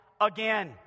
again